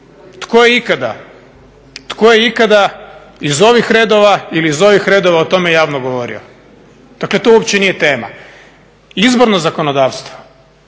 tko je ikada iz ovih redova ili iz ovih redova o tome javno govorio? Dakle, to uopće nije tema. Izborno zakonodavstvo,